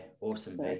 awesome